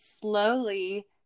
slowly